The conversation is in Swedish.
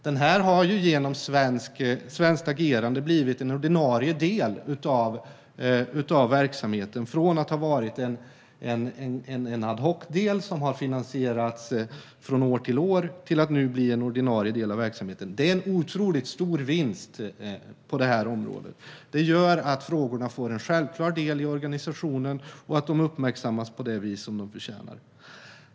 Den har genom svenskt agerande blivit en ordinarie del av verksamheten. Från att ha varit en ad hoc-del, som har finansierats från år till år, har den nu blivit en ordinarie del av verksamheten. Det är en otroligt stor vinst på området. Det gör att frågorna får en självklar del i organisationen och uppmärksammas på det vis de förtjänar.